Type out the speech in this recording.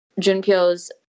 Junpyo's